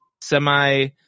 semi-